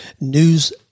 news